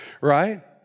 right